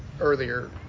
earlier